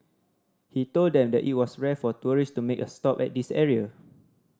he told them that it was rare for tourist to make a stop at this area